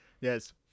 Yes